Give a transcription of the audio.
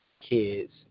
kids